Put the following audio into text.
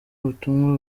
ubutumwa